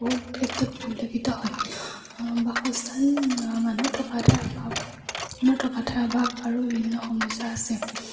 বহুত ক্ষেত্ৰত পৰিলক্ষিত হয় বাসস্থান মানুহ থকা ঠাইৰ অভাৱ হয় থকা ঠাইৰ অভাৱ আৰু বিভিন্ন সমস্যা আছে